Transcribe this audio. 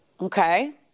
Okay